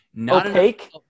Opaque